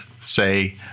say